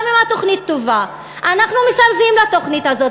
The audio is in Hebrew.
גם אם התוכנית טובה, אנחנו מסרבים לתוכנית הזו.